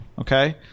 Okay